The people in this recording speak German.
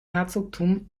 herzogtum